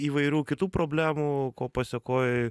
įvairių kitų problemų ko pasekoj